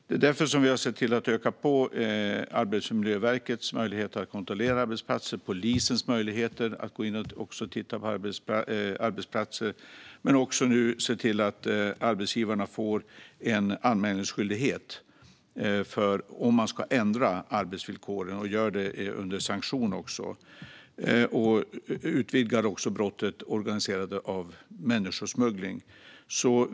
Det är därför som vi har sett till att öka Arbetsmiljöverkets möjligheter att kontrollera arbetsplatser och polisens möjligheter att gå in och titta på arbetsplatser. Men det handlar också nu om att se till att arbetsgivarna får en anmälningsskyldighet om man ska ändra arbetsvillkoren - det görs under sanktion också. Det handlar också om att utvidga brottet för organiserad människosmuggling.